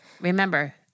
Remember